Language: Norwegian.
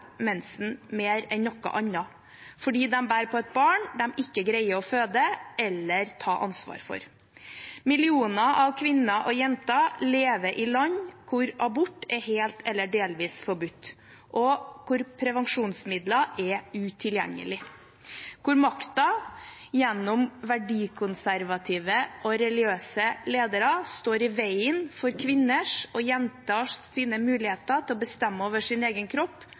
mer enn noe annet, fordi de bærer på et barn de ikke greier å føde eller ta ansvar for. Millioner av kvinner og jenter lever i land hvor abort er helt eller delvis forbudt, hvor prevensjonsmidler er utilgjengelig, og hvor makten gjennom verdikonservative og religiøse ledere står i veien for kvinners og jenters muligheter til å bestemme over sin egen kropp,